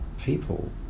people